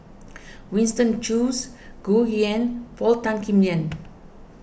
Winston Choos Gu Juan Paul Tan Kim Liang